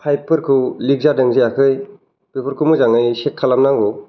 फाइफफोरखौ लिक जादों ना जायाखै बेफोरखौ मोजाङै चेक खालामनांगौ